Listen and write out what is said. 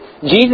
Jesus